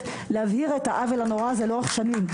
להבהיר את העוול הנורא הזה לאורך שנים.